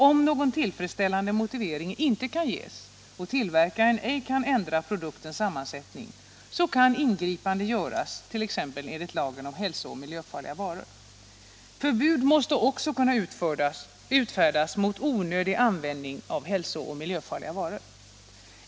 Om någon tillfredsställande motivering inte kan ges och tillverkaren inte kan ändra produktens sammansättning, kan ingripanden göras t.ex. enligt lagen om hälsooch miljöfarliga varor. Förbud måste också kunna utfärdas mot onödig användning av hälsooch miljöfarliga varor.